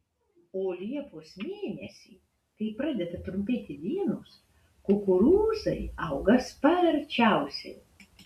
o liepos mėnesį kai pradeda trumpėti dienos kukurūzai auga sparčiausiai